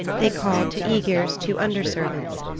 they called to aegir's two underservants,